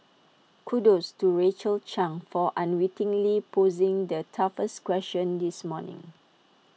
kudos to Rachel chang for unwittingly posing the toughest question this morning